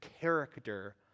character